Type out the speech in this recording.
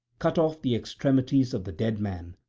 cut off the extremities of the dead man,